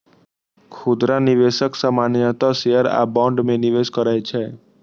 खुदरा निवेशक सामान्यतः शेयर आ बॉन्ड मे निवेश करै छै